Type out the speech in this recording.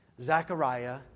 Zechariah